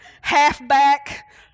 halfback